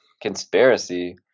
conspiracy